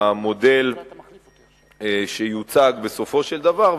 במודל שיוצג בסופו של דבר,